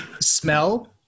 smell